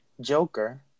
Joker